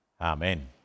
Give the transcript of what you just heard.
Amen